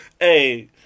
Hey